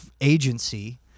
agency